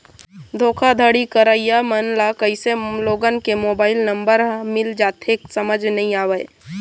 धोखाघड़ी करइया मन ल कइसे लोगन के मोबाईल नंबर ह मिल जाथे समझ नइ आवय